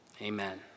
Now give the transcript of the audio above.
Amen